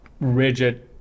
rigid